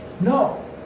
no